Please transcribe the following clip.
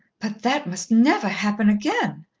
but that must never happen again,